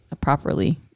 properly